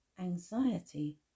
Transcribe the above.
anxiety